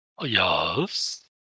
Yes